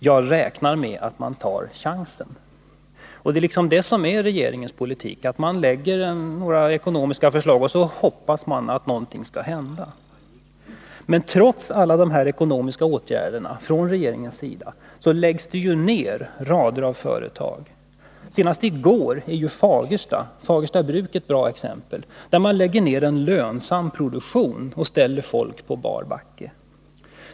Jag räknar med att man tar chansen.” Det är det som är regeringens politik: Den lägger fram några förslag på det ekonomiska området och hoppas att någonting skall hända. Men trots alla dessa ekonomiska åtgärder från regeringen läggs rader av företag ned. Senast i går fick vi uppgift om Fagersta Bruk, som är ett bra exempel. Där lägger man ned en lönsam produktion och ställer folk på bar backe.